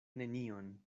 nenion